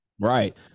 Right